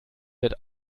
wird